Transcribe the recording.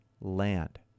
land